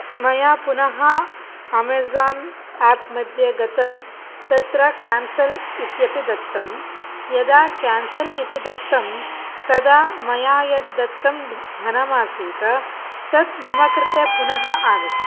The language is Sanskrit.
मया पुनः अमेज़ोन् आप् मध्ये गतं तत्र केन्सल् इत्यपि दत्तं यदा केन्सल् इति दत्तं तदा मया यद्दत्तं धनमासीत् तत् मम कृते पुनः आगतम्